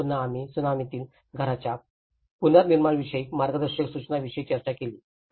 आणि पुन्हा आम्ही त्सुनामीतील घरांच्या पुनर्निर्माणविषयक मार्गदर्शक सूचनांविषयी चर्चा केली